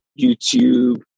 YouTube